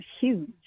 huge